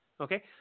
Okay